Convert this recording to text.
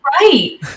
right